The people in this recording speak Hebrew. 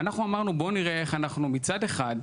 ואנחנו אמרנו, בואו נראה איך אנחנו מצד אחד,